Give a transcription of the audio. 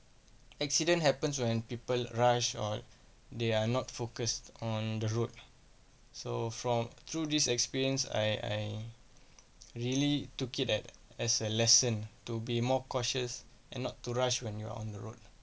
accident happens when people rush or they are not focused on the road so from through this experience I I really took it at as a lesson to be more cautious and not to rush when you are on the road